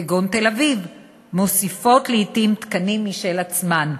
כגון תל-אביב, מוסיפות לעתים תקנים משל עצמן,